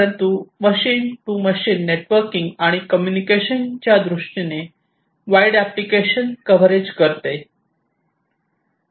परंतु machine to machine networking आणि communication च्यादृष्टीने वाईड एप्लीकेशन कव्हरेज करते